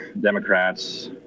Democrats